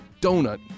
donut